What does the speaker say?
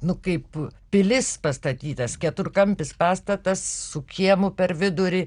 nu kaip pilis pastatytas keturkampis pastatas su kiemu per vidurį